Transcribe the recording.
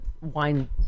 wine